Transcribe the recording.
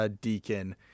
Deacon